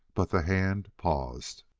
but the hand paused!